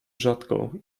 rzadko